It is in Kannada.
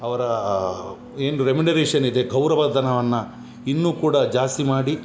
ಅವರ ಏನು ರೆಮ್ಯೂನರೇಷನ್ ಇದೆ ಗೌರವ ಧನವನ್ನು ಇನ್ನು ಕೂಡ ಜಾಸ್ತಿ ಮಾಡಿ